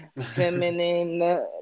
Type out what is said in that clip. feminine